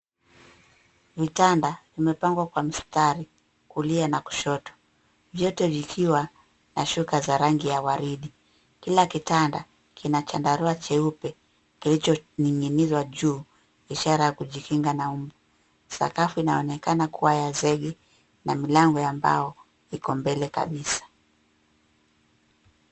Vitanda vimepangwa kwa mstari kulia na kushoto vyote vikiwa na shuka za rangi ya waridi. Kila kitanda kina chandarua cheupe kilichoning'inizwa juu ishara ya kujikinga na mbu. Sakafu inaonekana kuwa ya zege na mlango ya mbao iko mbele kabisa.